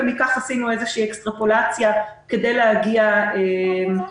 ומכך עשינו איזו אקסטרפולציה כדי להגיע להערכה.